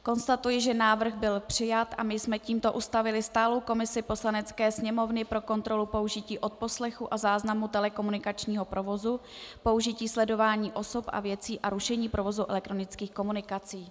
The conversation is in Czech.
Konstatuji, že návrh byl přijat a my jsme tímto ustavili stálou komisi Poslanecké sněmovny pro kontrolu použití odposlechu a záznamu telekomunikačního provozu, použití sledování osob a věcí a rušení provozu elektronických komunikací.